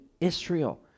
Israel